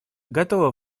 готова